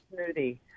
smoothie